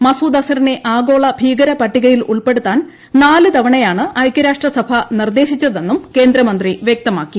മസൂദ് അസറിനെ ആഗോള ഭീകര പട്ടികയിൽ ഉൾപ്പെടുത്താൻ നാല് തവണയാണ് ഐകൃരാഷ്ട്രസഭ നിർദ്ദേശിച്ചതെന്നും കേന്ദ്രമന്ത്രി വൃക്തമാക്കി